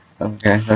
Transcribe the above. Okay